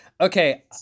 Okay